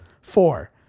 Four